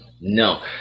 No